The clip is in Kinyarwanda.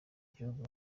gihugu